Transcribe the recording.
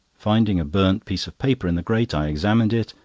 finding a burnt piece of paper in the grate, i examined it,